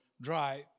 dry